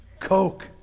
Coke